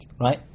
right